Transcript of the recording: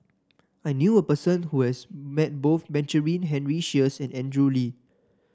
I knew a person who has met both Benjamin Henry Sheares and Andrew Lee